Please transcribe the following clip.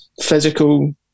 Physical